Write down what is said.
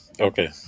Okay